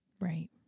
right